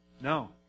No